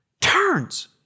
turns